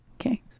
Okay